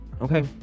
Okay